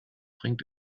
bringt